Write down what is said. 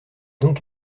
donc